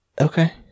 Okay